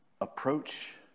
approach